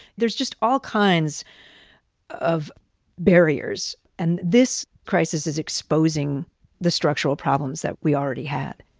there's just all kinds of barriers. and this crisis is exposing the structural problems that we already had.